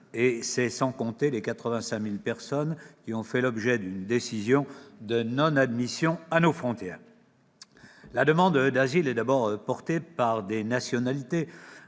Et c'est sans compter les 85 000 personnes qui ont fait l'objet d'une décision de non-admission à nos frontières. La demande d'asile est d'abord portée par des nationalités